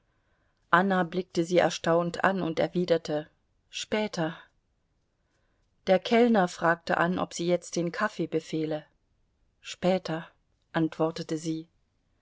anna blickte sie erstaunt an und erwiderte später der kellner fragte an ob sie jetzt den kaffee befehle später antwortete sie